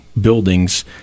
buildings